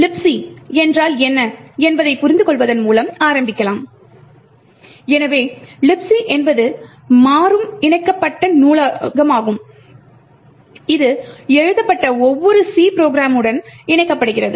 Libc என்றால் என்ன என்பதைப் புரிந்துகொள்வதன் மூலம் ஆரம்பிக்கலாம் எனவே Libc என்பது மாறும் இணைக்கப்பட்ட நூலகமாகும் இது எழுதப்பட்ட ஒவ்வொரு C நிரலுடனும் இணைக்கப்படுகிறது